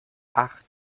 acht